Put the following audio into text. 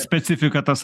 specifika tas